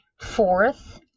Fourth